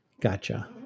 Gotcha